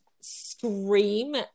scream